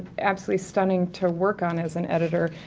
absolutely stunning to work on as an editor,